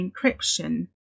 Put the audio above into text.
encryption